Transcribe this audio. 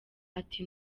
ati